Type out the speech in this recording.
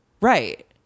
right